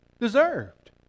deserved